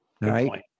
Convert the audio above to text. Right